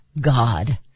God